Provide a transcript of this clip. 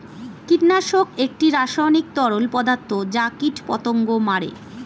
কীটনাশক একটি রাসায়নিক তরল পদার্থ যা কীটপতঙ্গ মারে